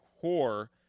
core